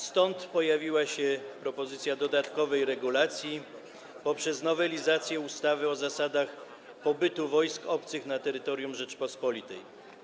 Stąd pojawiła się propozycja dodatkowej regulacji poprzez nowelizację ustawy o zasadach pobytu wojsk obcych na terytorium Rzeczypospolitej.